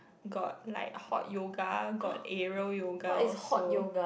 got like hot yoga got aerial yoga also